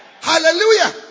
Hallelujah